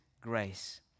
grace